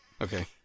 Okay